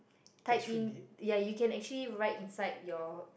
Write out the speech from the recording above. type in ya you can actually write inside your